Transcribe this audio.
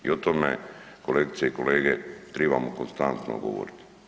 I o tome kolegice i kolege tribamo konstantno govorit.